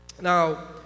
Now